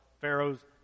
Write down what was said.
Pharaoh's